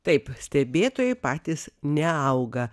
taip stebėtojai patys neauga